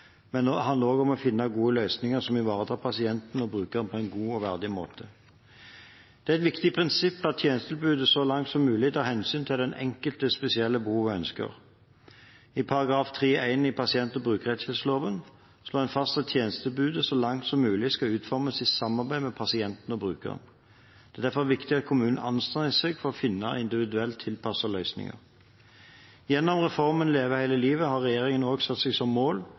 men det handler også om å finne gode løsninger som ivaretar pasienten og brukeren på en god og verdig måte. Det er et viktig prinsipp at tjenestetilbudet så langt som mulig tar hensyn til den enkeltes spesielle behov og ønsker. I § 3-1 i pasient- og brukerrettighetsloven slår en fast at tjenestetilbudet så langt som mulig skal utformes i samarbeid med pasienten og brukeren. Det er derfor viktig at kommunene anstrenger seg for å finne individuelt tilpassede løsninger. Gjennom reformen Leve hele livet har regjeringen satt seg som mål